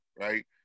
Right